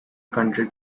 country